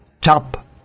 top